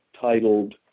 titled